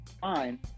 fine